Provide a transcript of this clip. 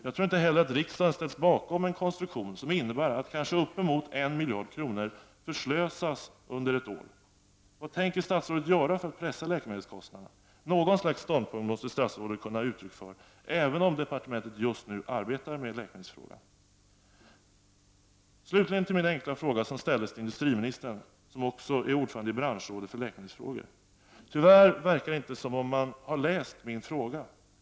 Jag tror inte heller att riksdagen har ställt sig bakom en konstruktion, som innebär att kanske uppemot en miljard kronor förslösas under ett år. Vad tänker statsrådet göra för att pressa läkemedelskostnaderna? Något slags ståndpunkt måste statsrådet kunna ge uttryck för, även om departementet just nu arbetar med läkemedelsfrågan. Slutligen till min enkla fråga som ställdes till industriministern, som också är ordförande i branschrådet för läkemedelsfrågor. Tyvärr verkar det som om man inte har läst min fråga.